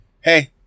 hey